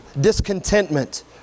Discontentment